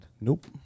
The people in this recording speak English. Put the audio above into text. Nope